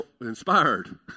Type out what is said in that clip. inspired